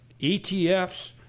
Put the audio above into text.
ETFs